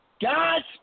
God's